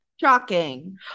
shocking